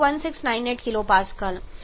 10 kJkg અને 25 0C પર આપણી પાસે આ છે Psat3 3